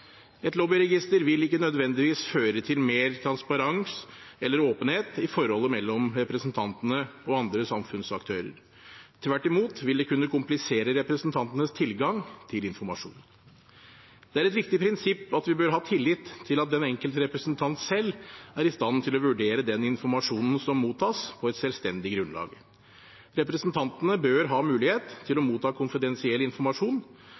Et lobbyregister vil ikke nødvendigvis føre til mer transparens eller åpenhet i forholdet mellom representantene og andre samfunnsaktører. Tvert imot vil det kunne komplisere representantenes tilgang til informasjon. Det er et viktig prinsipp at vi bør ha tillit til at den enkelte representant selv er i stand til å vurdere den informasjonen som mottas, på et selvstendig grunnlag. Representantene bør ha mulighet til å motta konfidensiell informasjon,